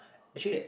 instead